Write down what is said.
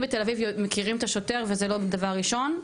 בתל אביב מכירים את השוטר וזה לא דבר ראשון.